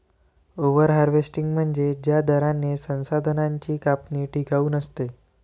over harvesting म्हणजे ज्या दराने संसाधनांची कापणी टिकाऊ नसते